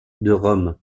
rome